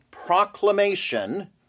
proclamation